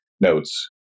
notes